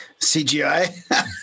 CGI